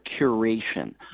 curation